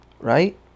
right